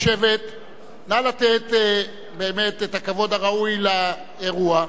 נא לתת את הכבוד הראוי לאירוע.